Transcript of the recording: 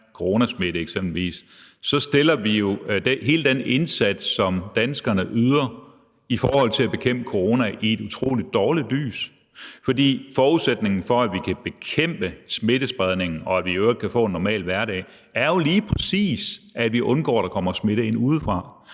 coronasmitte, så stiller vi jo hele den indsats, som danskerne yder i forhold til at bekæmpe corona, i et utrolig dårligt lys, fordi forudsætningen for, at vi kan bekæmpe smittespredningen, og at vi i øvrigt kan få en normal hverdag, jo lige præcis er, at vi undgår, at der kommer smitte ind udefra.